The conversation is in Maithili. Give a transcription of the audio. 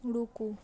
रूकु